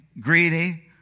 greedy